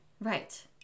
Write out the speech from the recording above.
Right